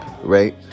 right